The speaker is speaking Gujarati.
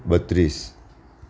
બત્રીસ